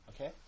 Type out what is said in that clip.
Okay